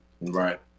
Right